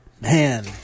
man